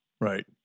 Right